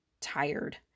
tired